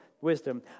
wisdom